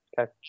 Okay